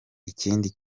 ikindi